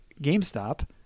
GameStop